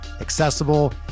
accessible